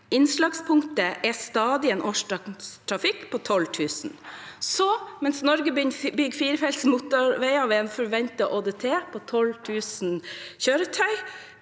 Innslagspunktet er stadig en årsdøgntrafikk på 12 000. Så, mens Norge bygger firefelts motorveier med en forventet ÅDT på 12 000 kjøretøy,